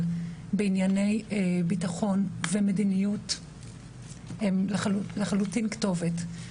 בענייני ביטחון ומדיניות הם לחלוטין כתובת.